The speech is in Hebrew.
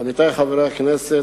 עמיתי חברי הכנסת,